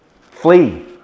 flee